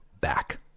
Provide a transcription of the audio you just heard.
back